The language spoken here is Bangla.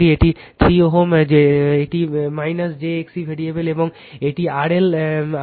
এটি 3 Ω এটি j XC ভেরিয়েবেল এবং এটি RL